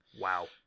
wow